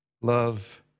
love